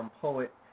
poet